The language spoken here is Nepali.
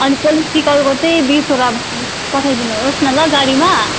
अनि पोलिटिकलको तै बिसवटा पठाइदिनुहोस् न ल गाडीमा